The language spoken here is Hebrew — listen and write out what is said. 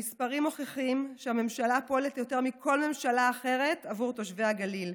המספרים מוכיחים שהממשלה פועלת יותר מכל ממשלה אחרת עבור תושבי הגליל.